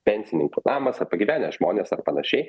pensininkų namas ar pagyvenę žmonės ar panašiai